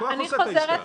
הלקוח עושה את העסקה.